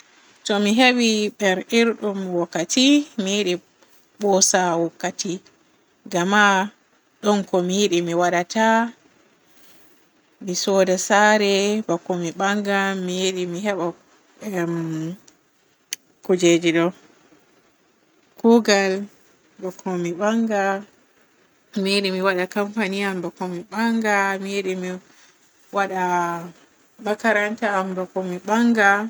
To mi hebi pererɗum wakkati mi yiɗi boosa wakkati ngama ɗon ko mi yiɗi mi wadata. Mi sooda saare bako mi baanga. Mi yiɗi mi heba emm-kujeji ɗo kuugal bako mi banga. Mi yiɗi mi wada kampani am bako mi banga. Mi yiɗi mi wada makaranta am bako mi banga.